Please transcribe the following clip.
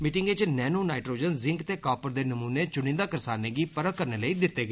meeting च nano nitrogen zinc ते copper दे नमूने चुनिंदां करसानें गी परख करने लेई दित्ते गे